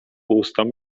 ustom